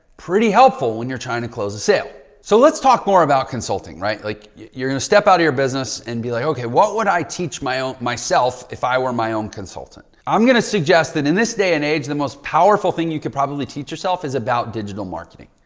pretty helpful when you're trying to close a sale. so let's talk more about consulting, right? like you're going to step out of your business and be like, okay, what would i teach my own myself if i were my own consultant? i'm going to suggest that in this day and age, the most powerful thing you could probably teach yourself is about digital marketing.